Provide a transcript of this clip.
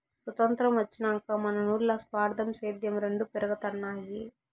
సొతంత్రం వచ్చినాక మనునుల్ల స్వార్థం, సేద్యం రెండు పెరగతన్నాయి